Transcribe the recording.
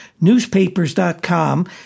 Newspapers.com